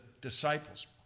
disciples